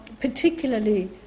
particularly